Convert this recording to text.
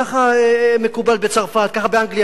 ככה מקובל בצרפת, ככה באנגליה.